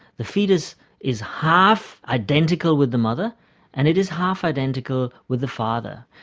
the fetus is half identical with the mother and it is half identical with the father.